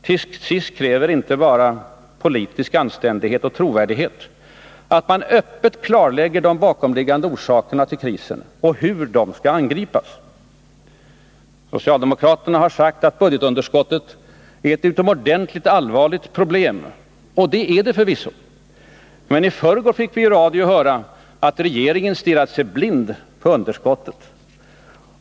Till sist kräver politisk anständighet och trovärdighet att man öppet klarlägger de bakomliggande orsakerna till krisen och hur de skall angripas. Socialdemokraterna har sagt att budgetunderskottet är ett utomordentligt allvarligt problem, och det är det förvisso. Men i förrgår fick vi i radion höra att ”regeringen stirrat sig blind på underskottet”.